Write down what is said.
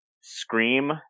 Scream